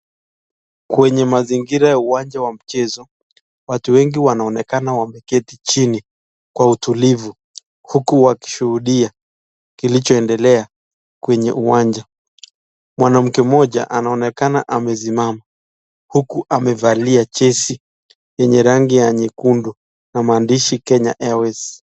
Kwenye mazingara ya uwanja wa mchezo watu wengi wanaonekana wameketi chini kwa utulivu huku wakishuhudia kilichoendelea kwenye uwanja. Mwanamke mmoja anaonekana amesimama huku amevalia jezi yenye rangi ya nyekundu na maandishi Kenya Airways.